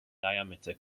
diameter